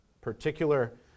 particular